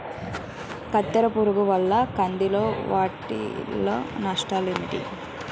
కత్తెర పురుగు వల్ల కంది లో వాటిల్ల నష్టాలు ఏంటి